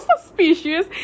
suspicious